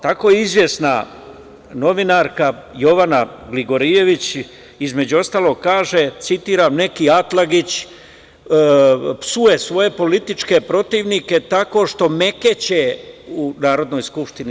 Tako izvesna novinarka Jovana Gligorijević, između ostalog, kaže: „Neki Atlagić psuje svoje političke protivnike tako što mekeće u Narodnoj skupštini“